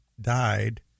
died